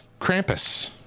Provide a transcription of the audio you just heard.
Krampus